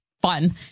fun